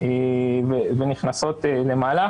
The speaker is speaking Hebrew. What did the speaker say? ונכנסות למהלך.